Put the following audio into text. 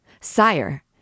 sire